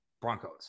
Broncos